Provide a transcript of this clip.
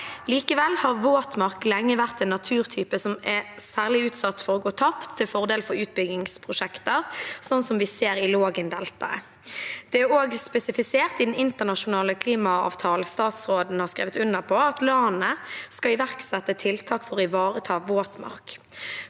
Likevel har våtmark lenge vært en naturtype som er særlig utsatt for å gå tapt til fordel for utbyggingsprosjekter, slik som vi ser i Lågendeltaet. Det er også spesifisert i den internasjonale klimaavtalen statsråden har skrevet under på, at landene skal iverksette tiltak for å ivareta våtmark.